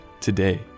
today